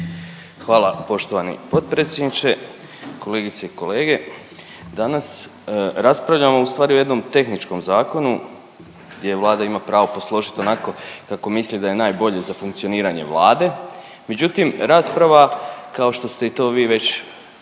Hvala poštovani potpredsjedniče. Kolegice i kolege, danas raspravljamo u stvari o jednom tehničkom zakonu jer Vlada ima pravo posložiti onako kako misli da je najbolje za funkcioniranje Vlade, međutim rasprava kao što ste i to već